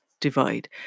divide